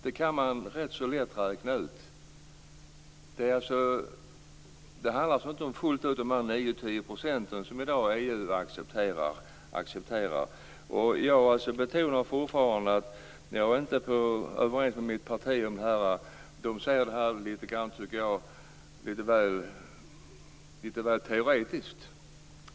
Det kan man rätt lätt räkna ut. Det handlar alltså inte fullt ut om de 9-10 % som EU i dag accepterar. Jag betonar fortfarande att jag inte är överens med de andra i mitt parti om detta. De ser det här lite väl teoretiskt.